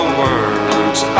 words